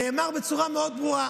נאמר בצורה מאוד ברורה: